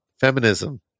Feminism